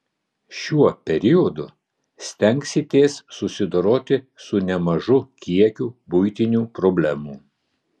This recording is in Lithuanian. šiuo periodu stengsitės susidoroti su nemažu kiekiu buitinių problemų